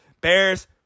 Bears